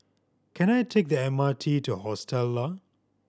can I take the M R T to Hostel Lah